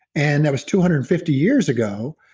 and that was two hundred and fifty years ago.